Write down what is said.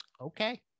Okay